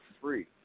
free